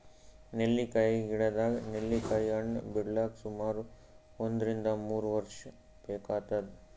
ನೆಲ್ಲಿಕಾಯಿ ಗಿಡದಾಗ್ ನೆಲ್ಲಿಕಾಯಿ ಹಣ್ಣ್ ಬಿಡ್ಲಕ್ ಸುಮಾರ್ ಒಂದ್ರಿನ್ದ ಮೂರ್ ವರ್ಷ್ ಬೇಕಾತದ್